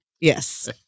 Yes